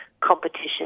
competition